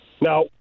Now